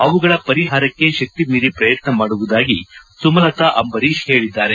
ಅವುಗಳ ಪರಿಹಾರಕ್ಕೆ ಶಕ್ತಿಮೀರಿ ಪ್ರಯತ್ನ ಮಾಡುವುದಾಗಿ ಸುಮಲತಾ ಅಂಬರೀಶ್ ಹೇಳಿದ್ದಾರೆ